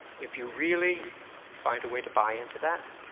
if you really find a way to buy into that,